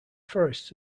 forests